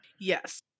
yes